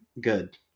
Good